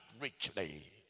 richly